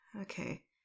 okay